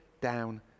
down